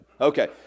Okay